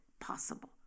possible